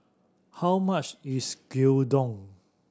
how much is Gyudon